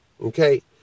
Okay